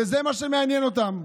זה מה שמעניין אותם.